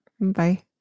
Bye